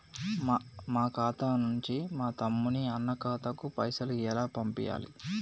మా ఖాతా నుంచి మా తమ్ముని, అన్న ఖాతాకు పైసలను ఎలా పంపియ్యాలి?